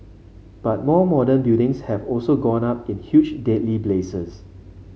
but more modern buildings have also gone up in huge deadly blazes